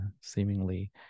seemingly